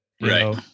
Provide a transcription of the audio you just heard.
Right